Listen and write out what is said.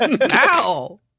Ow